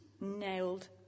nailed